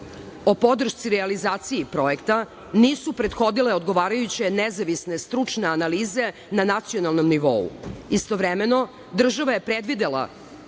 o podršci realizaciji projekta nisu prethodile odgovarajuće nezavisne stručne analize na nacionalnom nivou. Istovremeno, država je predvidela